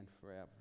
forever